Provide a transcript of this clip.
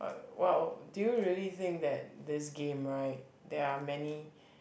!wow! do you really think that this game right there are many